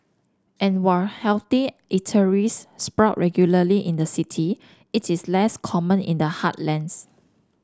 and while healthy eateries sprout regularly in the city it is less common in the heartlands